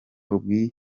ubwigenge